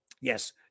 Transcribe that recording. Yes